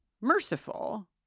merciful